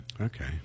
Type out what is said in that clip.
okay